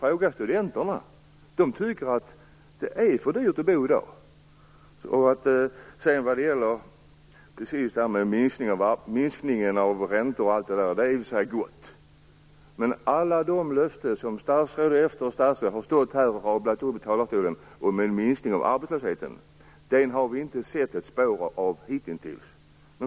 Fråga studenterna! De tycker att det är för dyrt att bo i dag. Det sista - minskningen av räntorna och allt det där - är i och för sig gott. Men uppfyllandet av alla de löften om en minskning av arbetslösheten som statsråd efter statsråd har stått här och rabblat upp i talarstolen har vi inte sett ett spår av hitintills.